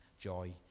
joy